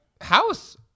house